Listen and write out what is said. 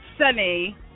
Sunny